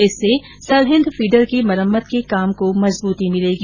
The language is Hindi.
इससे सरहिन्द फीडर की मरम्मत के काम को मजबूती मिलेगी